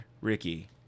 Ricky